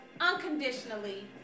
unconditionally